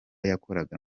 yakoraga